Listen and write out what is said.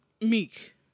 Meek